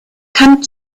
kann